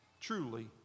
truly